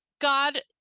God